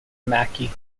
mackie